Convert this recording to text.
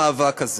תודה.